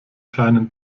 kleinen